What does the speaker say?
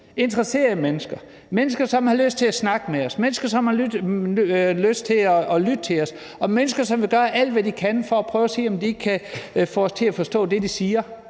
interesserede mennesker, mennesker, som har lyst til at snakke med os, mennesker, som har lyst til at lytte til os, og mennesker, som vil gøre alt, hvad de kan, for at prøve, om de ikke kan få os til at forstå det, de siger.